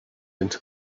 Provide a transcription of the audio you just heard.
into